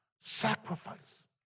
Sacrifice